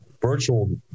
virtual